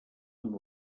amb